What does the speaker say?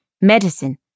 medicine